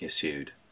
issued